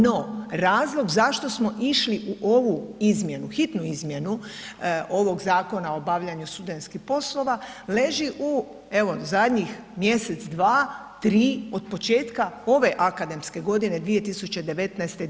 No, razlog zašto smo išli u ovu izmjenu, hitnu izmjenu ovog Zakona o obavljanju studentskih poslova leži evo u zadnjih mjesec, dva, tri od početka ove akademske godine 2019/